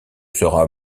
sera